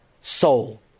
soul